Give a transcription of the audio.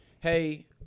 hey